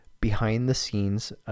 behind-the-scenes